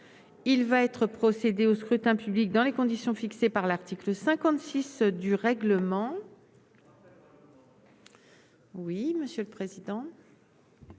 il va être procédé au scrutin public dans les conditions fixées par l'article 56 du règlement.